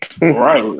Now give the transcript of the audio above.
Right